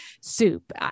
soup